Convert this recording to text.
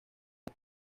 dos